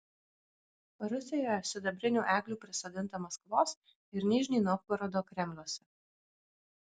rusijoje sidabrinių eglių prisodinta maskvos ir nižnij novgorodo kremliuose